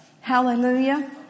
Hallelujah